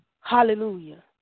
hallelujah